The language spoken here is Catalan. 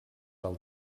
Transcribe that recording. del